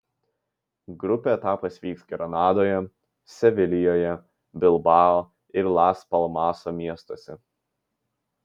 grupių etapas vyks granadoje sevilijoje bilbao ir las palmaso miestuose